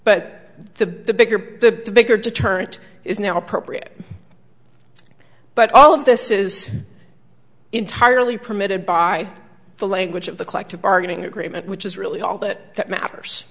but the bigger the bigger deterrent is now appropriate but all of this is entirely permitted by the language of the collective bargaining agreement which is really all that matters